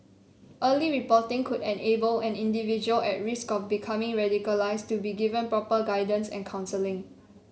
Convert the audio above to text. early reporting could enable an individual at risk of becoming radicalised to be given proper guidance and counselling